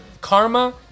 karma